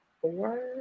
four